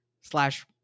slash